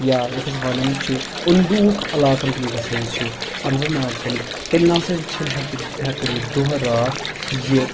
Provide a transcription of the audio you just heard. یا یَتھ أسۍ وَنان چھِ اُندوٗک علاقَن کُن گَژھان چھِ اننت ناگ کٮ۪ن تیٚلہِ نہ سا چھِنہٕ ہیٚکِتھ ہٮ۪کان یہِ دۄہ رات یہِ